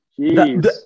Jeez